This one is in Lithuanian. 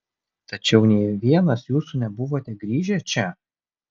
tačiau nė vienas jūsų nebuvote grįžę čia